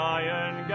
iron